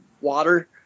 water